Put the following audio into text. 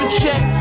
check